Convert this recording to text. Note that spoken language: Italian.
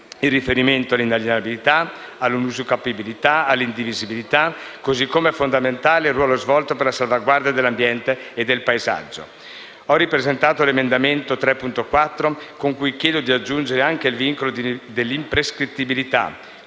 il riferimento all'inalienabilità, all'inusucapibilità, all'indivisibilità, così come è fondamentale il ruolo svolto per la salvaguardia dell'ambiente e del paesaggio. Ho ripresentato l'emendamento 3.4, con cui chiedo di aggiungere anche il vincolo dell'imprescrittibilità,